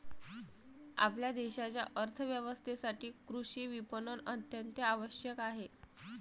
आपल्या देशाच्या अर्थ व्यवस्थेसाठी कृषी विपणन अत्यंत आवश्यक आहे